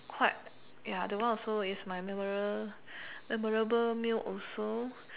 quite ya that one also is my memorable memorable meal also